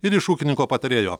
ir iš ūkininko patarėjo